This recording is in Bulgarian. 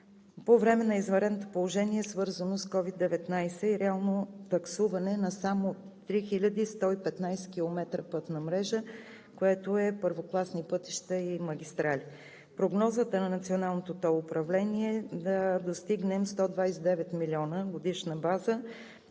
…по време на извънредното положение, свързано с COVID-19, и реалното таксуване на само 3115 км пътна мрежа, които са първокласни пътища и магистрали. Прогнозата на Националното тол управление е да достигнем 129 милиона на годишна база,